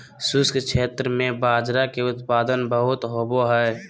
शुष्क क्षेत्र में बाजरा के उत्पादन बहुत होवो हय